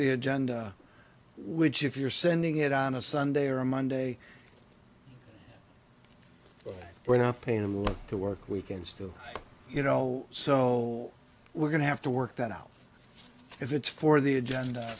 the agenda which if you're sending it on a sunday or monday we're not paying them like the work weekends to you know so we're going to have to work that out if it's for the agenda